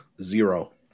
Zero